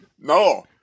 No